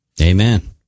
Amen